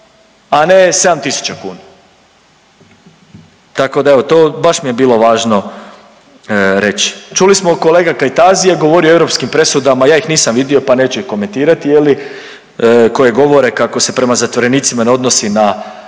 a ne 7 tisuća kuna. Tako da evo to baš mi je bilo važno reći. Čuli smo kolegu Kajtazija, govorio je o europskim presudama, ja ih nisam vidio, pa neću ih komentirati je li, koje govore kako se prema zatvorenicima ne odnosi na